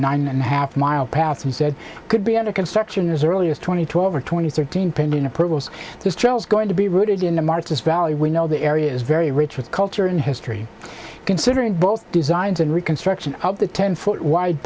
nine and a half mile path he said could be under construction as early as twenty two over twenty thirteen pending approvals this trial is going to be rooted in a march this valley we know the area is very rich with culture and history considering both designs and reconstruction of the ten foot wide